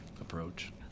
approach